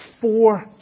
four